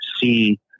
see